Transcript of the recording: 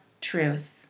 truth